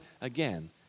again